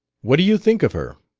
what do you think of her?